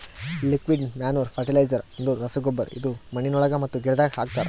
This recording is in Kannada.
ಲಿಕ್ವಿಡ್ ಮ್ಯಾನೂರ್ ಫರ್ಟಿಲೈಜರ್ ಅಂದುರ್ ರಸಗೊಬ್ಬರ ಇದು ಮಣ್ಣಿನೊಳಗ ಮತ್ತ ಗಿಡದಾಗ್ ಹಾಕ್ತರ್